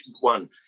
one